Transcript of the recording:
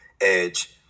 Edge